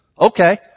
okay